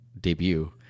debut